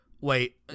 wait